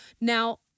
now